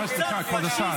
על צד פשיסטי.